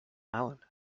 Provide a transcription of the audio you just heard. island